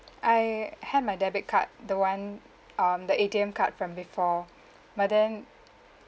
I had my debit card the one um the A_T_M card from before but then